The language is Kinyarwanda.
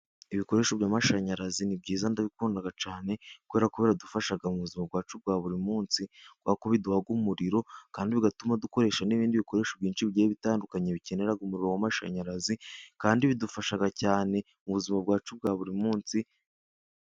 Ibikoresho by'amashanyarazi ni byiza ndabikunda cyane, kubera ko biradufasha mu buzima bwacu bwa buri munsi, kubera ko biduha umuriro, kandi bigatuma dukoresha n'ibindi bikoresho byinshi bigiye bitandukanye, bikenera umuriro w'amashanyarazi, kandi bidufasha cyane mu buzima bwacu bwa buri munsi.